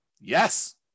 Yes